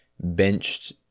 benched